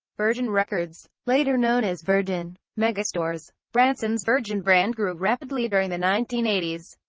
virgin records, later known as virgin megastores. branson's virgin brand grew rapidly during the nineteen eighty s,